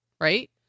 right